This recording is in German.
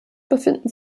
befinden